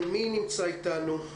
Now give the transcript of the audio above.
מי נמצא איתנו?